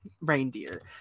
reindeer